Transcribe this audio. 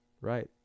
right